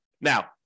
Now